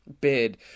bid